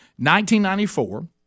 1994